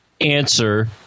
answer